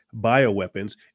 bioweapons